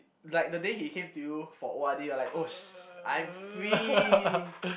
like the day he came to you for O_R_D ah like oh sh~ I'm free